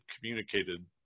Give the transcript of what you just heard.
communicated